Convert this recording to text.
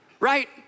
Right